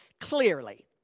clearly